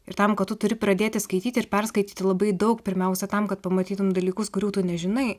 ir tam kad tu turi pradėti skaityti ir perskaityti labai daug pirmiausia tam kad pamatytum dalykus kurių tu nežinai